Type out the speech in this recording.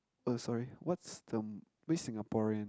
oh sorry what's the which Singaporean